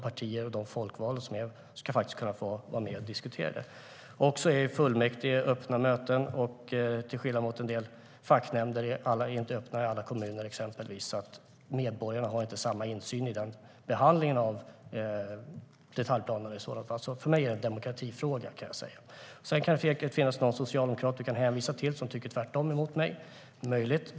Partierna och de folkvalda ska kunna få vara med och diskutera detta, också i fullmäktige vid öppna möten. Till skillnad från dessa möten är till exempel en del facknämnder inte öppna i alla kommuner. Medborgarna har inte samma insyn i behandlingen av detaljplaner. För mig är detta en demokratifråga. Sedan kan det säkert finnas någon socialdemokrat som Ola Johansson kan hänvisa till som tycker tvärtom jämfört med mig. Det är möjligt.